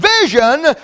vision